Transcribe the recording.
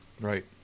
Right